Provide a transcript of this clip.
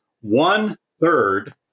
One-third